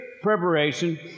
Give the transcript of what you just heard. preparation